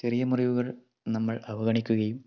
ചെറിയ മുറിവുകൾ നമ്മൾ അവഗണിക്കുകയും